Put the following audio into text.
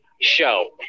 show